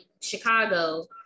Chicago